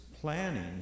planning